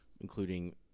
including